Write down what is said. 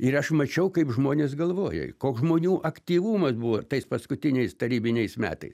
ir aš mačiau kaip žmonės galvoja koks žmonių aktyvumas buvo tais paskutiniais tarybiniais metais